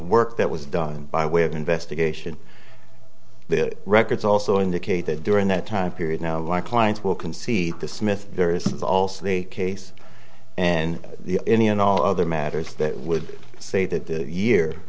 work that was done by way of investigation the records also indicated during that time period now why clients will concede the smith there is also the case and the any and all other matters that would say that the year